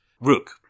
Rook